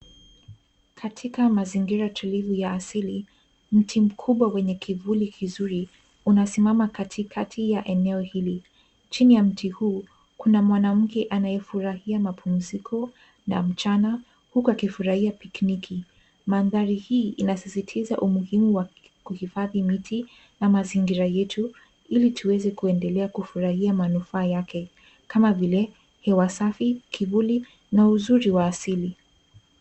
Katika mazingira tulivu ya asili. Mti mkubwa wenye kivuli kizuri unasimama katikati ya eneo hili. Chini ya mti huu, kuna mwanamke anayefurahia mapumziko ya mchana huku akifurahia picnic . Mandhari hii inasisitiza umuhimu wa kuhifadhi miti na mazingira yetu ili tuweze kuendelea kufurahia manufaa yake; kama vile: hewa safi, kivuli na uzuri wa asili.